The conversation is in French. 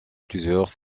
plusieurs